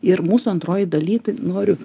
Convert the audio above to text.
ir mūsų antrojoj daly tai noriu